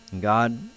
God